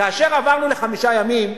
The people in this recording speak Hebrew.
כאשר עברנו לחמישה ימים,